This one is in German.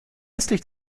östlich